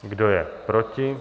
Kdo je proti?